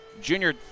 Junior